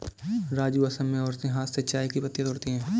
राजू असम में औरतें हाथ से चाय की पत्तियां तोड़ती है